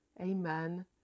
amen